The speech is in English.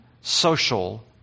social